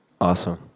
Awesome